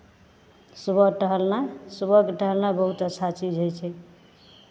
सुबह टहलनाइ सुबहके टहलनाइ बहुत अच्छा चीज होइ छै